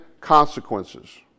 consequences